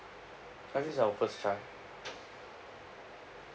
ah this is our first child